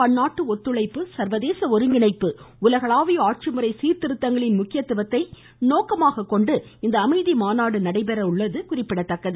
பன்னாட்டு ஒத்துழைப்பு சர்வதேச ஒருங்கிணைப்பு உலகளாவிய ஆட்சிமுறை சீர்திருத்தங்களின் முக்கியத்துவத்தை நோக்கமாக கொண்டு இந்த அமைதி மாநாடு நடைபெறுவது குறிப்பிடத்தக்கது